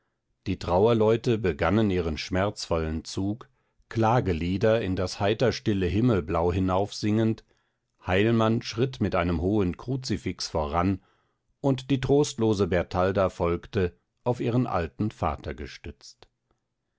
die trauerleute begannen ihren schmerzvollen zug klagelieder in das heiter stille himmelblau hinaufsingend heilmann schritt mit einem hohen kruzifix voran und die trostlose bertalda folgte auf ihren alten vater gestützt